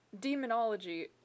demonology